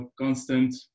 constant